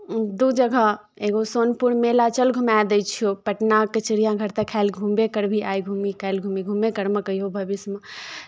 दू जगह एगो सोनपुर मेला चल घुमाए दै छियौ पटनाके चिड़ियाघर तऽ खैर घुमबे करबिही आइ घुमी काल्हि घुमी घूमबे करमे कहिओ भविष्यमे